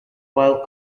while